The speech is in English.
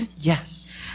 yes